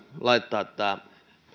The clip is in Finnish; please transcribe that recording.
laittaa tämä